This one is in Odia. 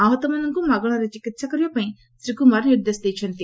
ଆହତମାନଙ୍କୁ ମାଗଣାରେ ଚିକିତ୍ସା କରିବାପାଇଁ ଶ୍ରୀ କୁମାର ନିର୍ଦ୍ଦେଶ ଦେଇଛନ୍ତି